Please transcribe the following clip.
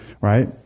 right